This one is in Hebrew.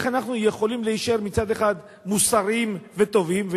איך אנחנו יכולים להישאר מצד אחד מוסריים וטובים,